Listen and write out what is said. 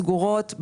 סגורות,